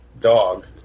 dog